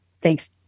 thanks